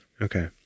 Okay